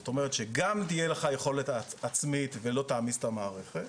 זאת אומרת שגם תהיה לך יכולת עצמית ולא תעמיס את המערכת,